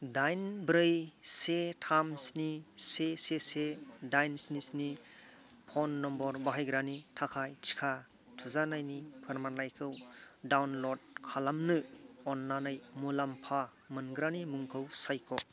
दाइन ब्रै से थाम स्नि से से से दाइन स्नि स्नि फ'न नम्बर बाहायग्रानि थाखाय टिका थुजानायनि फोरमानलाइखौ डाउनलड खालामनो अन्नानै मुलाम्फा मोनग्रानि मुंखौ सायख'